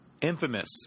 infamous